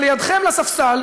אבל לידכם בספסל,